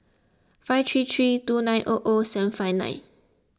five three three two nine O O seven five nine